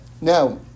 Now